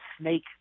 snake